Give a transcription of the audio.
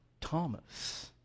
Thomas